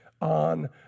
on